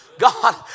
God